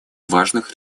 важных